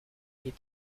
est